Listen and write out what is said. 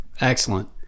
excellent